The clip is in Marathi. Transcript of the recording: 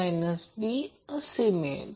मग ते IL नंतर cos असेल